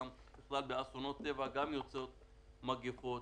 אסונות טבע גם יוצרים מגפות,